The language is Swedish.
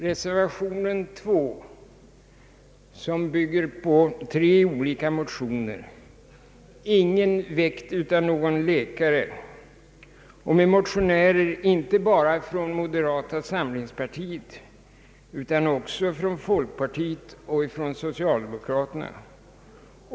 Reservation 2 bygger på tre olika motioner, ingen väckt av någon läkare. Motionärerna kommer inte bara från moderata samlingspartiet utan även från folkpartiet och <socialdemokraterna.